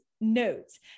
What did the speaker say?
notes